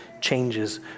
changes